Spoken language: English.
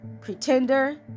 pretender